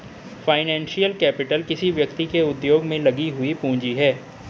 financial capital किसी व्यक्ति के उद्योग में लगी हुई पूंजी है